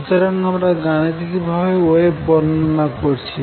সুতরাং আমরা গানিতিক ভাবে ওয়েভ বর্ণনা করছি